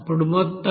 అప్పుడు మొత్తం 182